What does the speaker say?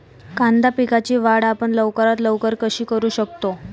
कांदा पिकाची वाढ आपण लवकरात लवकर कशी करू शकतो?